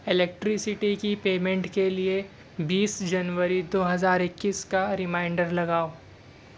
electricity کی payment کے لیے بیس جنوری دو ہزار اکیس کا ریمائنڈر لگاؤ